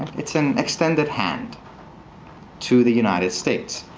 it's an extended hand to the united states.